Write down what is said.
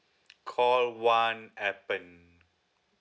call one appen